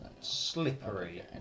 slippery